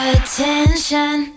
Attention